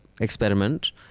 experiment